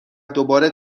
دوباره